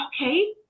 okay